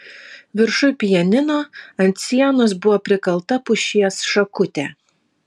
viršuj pianino ant sienos buvo prikalta pušies šakutė